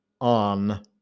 on